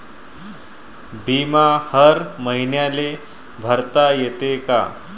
बिमा हर मईन्याले भरता येते का?